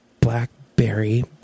Blackberry